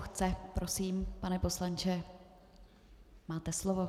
Chce, prosím, pane poslanče, máte slovo.